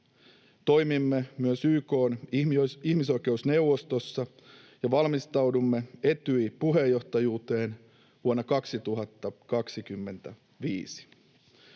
Toimimme myös YK:n ihmisoikeusneuvostossa ja valmistaudumme Etyjin puheenjohtajuuteen vuonna 2025.